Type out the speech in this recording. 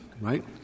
right